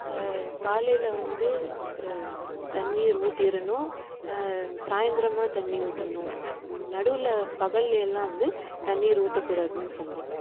காலையில் வந்து தண்ணீர் ஊத்திடுணும் சாயந்தரமா தண்ணி ஊற்றணும் நடுவில் பகலில் எல்லாம் வந்து தண்ணீர் ஊற்றக்கூடாதுனு சொன்னேன்